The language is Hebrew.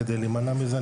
כדי להימנע מזה,